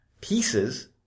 pieces